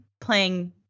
playing